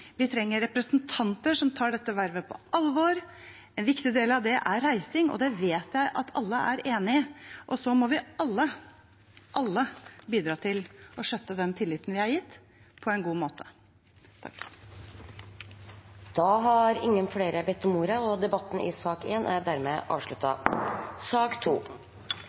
vi trenger representanter som tar dette vervet på alvor. En viktig del av det er reising, og det vet jeg at alle er enig i. Og så må vi alle – alle – bidra til å skjøtte den tilliten vi er gitt, på en god måte. Flere har ikke bedt om ordet til sak nr. 1. Etter ønske fra familie- og